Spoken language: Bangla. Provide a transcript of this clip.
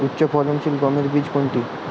উচ্চফলনশীল গমের বীজ কোনটি?